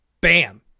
Bam